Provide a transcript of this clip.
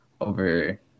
over